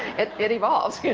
it it evolved,